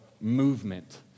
movement